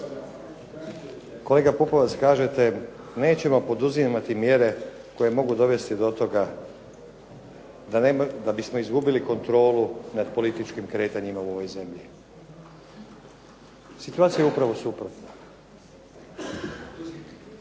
Kolega Pupovac kažete nećemo poduzimati mjere koje mogu dovesti do toga da bismo izgubili kontrolu nad političkim kretanjima u ovoj zemlji. Situacija je upravo suprotna.